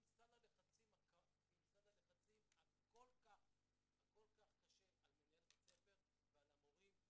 עם סל הלחצים הכל-כך קשה על מנהל בית הספר ועל המורים,